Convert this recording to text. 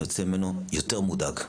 אני יוצא ממנו יותר מודאג.